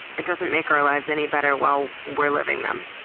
it doesn't make our lives any better while we're living them.